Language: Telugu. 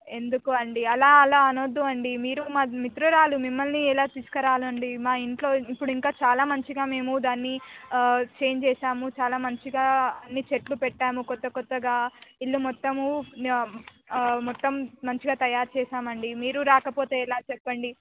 ఎందుకండి అలా అలా అనవద్దండి మీరు మా మిత్రురాలు మిమ్మల్ని ఎలా తీసుకురావాలి అండి మా ఇంట్లో ఇప్పుడు ఇంకా చాలా మంచిగా మేము దాన్ని చేంజ్ చేసాము చాలా మంచిగా అన్ని చెట్లు పెట్టాము కొత్త కొత్తగా ఇల్లు మొత్తము మొత్తం మంచిగా తయారు చేశామండి మంచిగా మీరు రాకపోతే ఎలా చెప్పండి